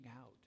out